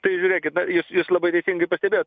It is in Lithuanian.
tai žiūrėkit na jūs jūs labai teisingai pastebėjot